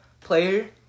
player